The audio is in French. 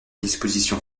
dispositions